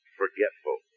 forgetful